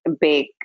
big